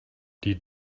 die